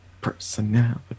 Personality